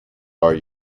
are